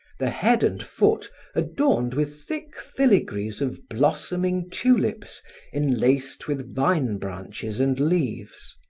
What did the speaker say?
the head and foot adorned with thick filigrees of blossoming tulips enlaced with vine branches and leaves.